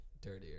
dirtier